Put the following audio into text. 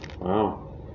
Wow